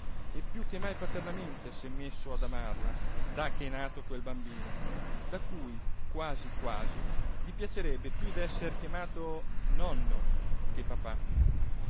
e più che mai paternamente s'è messo ad amarla da che è nato quel bambino da cui quasi quasi gli piacerebbe più d'esser chiamato nonno che papà